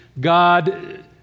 God